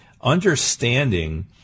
understanding